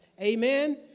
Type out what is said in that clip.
amen